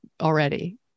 already